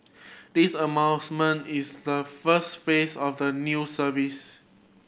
this announcement is the first phase of the new service